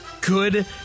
Good